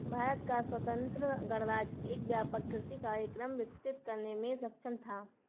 भारत का स्वतंत्र गणराज्य एक व्यापक कृषि कार्यक्रम विकसित करने में सक्षम था